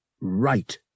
right